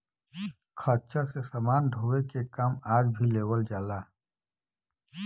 खच्चर से समान ढोवे के काम आज भी लेवल जाला